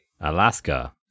Alaska